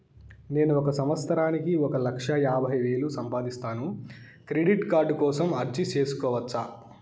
నేను ఒక సంవత్సరానికి ఒక లక్ష యాభై వేలు సంపాదిస్తాను, క్రెడిట్ కార్డు కోసం అర్జీ సేసుకోవచ్చా?